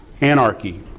anarchy